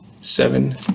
seven